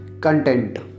content